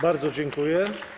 Bardzo dziękuję.